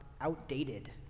outdated